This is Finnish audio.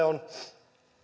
on